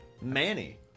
manny